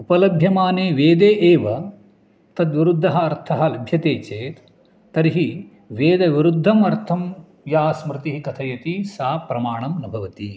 उपलभ्यमाने वेदे एव तद्विरुद्धः अर्थः लभ्यते चेत् तर्हि वेदविरुद्धम् अर्थं या स्मृतिः कथयति सा प्रमाणं न भवति